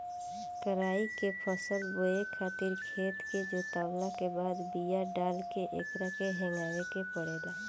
कराई के फसल बोए खातिर खेत के जोतला के बाद बिया डाल के एकरा के हेगावे के पड़ेला